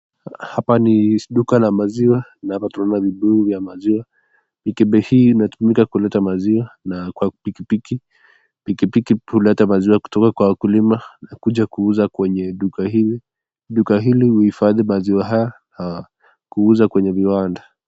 Hapa nk duka la maziwa na hapa tunaona vibuyu za maziwa, mikebe hii inatumika kuleta maziwa na kwa pikipiki huketa maziwa kutoka kwa wakulima na kuja kuuza kwenye duka hii, duka hili huhifadhi maziwa haya ili kuuza kwenye viwanda.